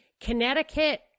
Connecticut